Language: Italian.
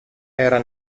era